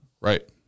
Right